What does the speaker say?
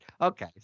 Okay